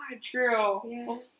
true